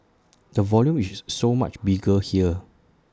the volume is so much bigger here